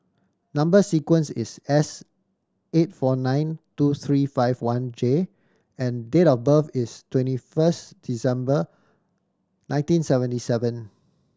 number sequence is S eight four nine two three five one J and date of birth is twenty first December nineteen seventy seven